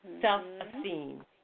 self-esteem